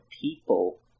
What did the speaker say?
people